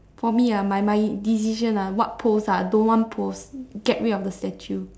for me ah my my decision ah what pose ah don't want pose get rid of the statue